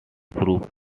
proved